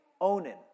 Onan